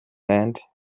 hand